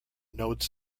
notes